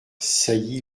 sailly